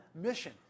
mission